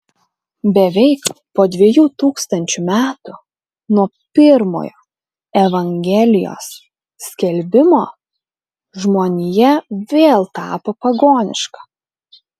beveik po dviejų tūkstančių metų nuo pirmojo evangelijos skelbimo žmonija vėl tapo pagoniška